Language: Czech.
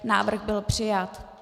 Návrh byl přijat.